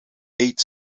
eight